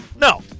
no